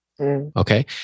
Okay